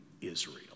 Israel